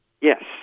Yes